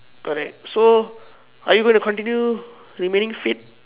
correct so are you going to continue remaining fit